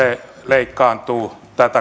leikkaantuu